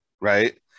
right